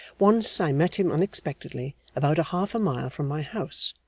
once, i met him unexpectedly, about half-a-mile from my house,